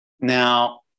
Now